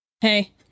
Hey